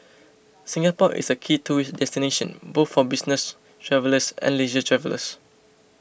Singapore is a key tourist destination both for business travellers and leisure travellers